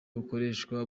bukoreshwa